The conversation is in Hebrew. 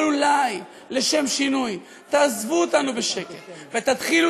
אבל אולי לשם שינוי תעזבו אותנו בשקט ותתחילו